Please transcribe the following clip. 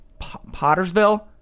Pottersville